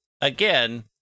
again